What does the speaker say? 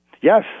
yes